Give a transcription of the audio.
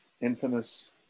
infamous